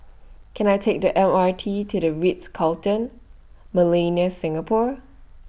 Can I Take The M R T to The Ritz Carlton Millenia Singapore